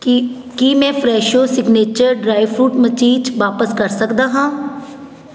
ਕੀ ਕੀ ਮੈਂ Fresho signature dry fruit ਮਚੀਜ ਵਾਪਸ ਕਰ ਸਕਦਾ ਹਾਂ